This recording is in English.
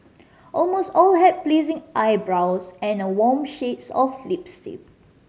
almost all had pleasing eyebrows and a warm shades of lipstick